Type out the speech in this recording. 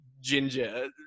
ginger